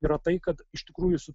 yra tai kad iš tikrųjų su